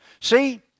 See